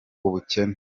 ubukene